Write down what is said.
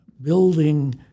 building